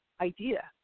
idea